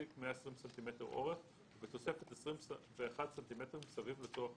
120 סנטימטרים אורך ובתוספת 21 סנטימטרים סביב לצורך